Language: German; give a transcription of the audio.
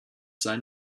sein